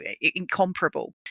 incomparable